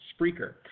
Spreaker